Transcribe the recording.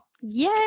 Yay